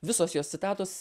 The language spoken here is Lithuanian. visos jos citatos